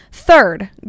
Third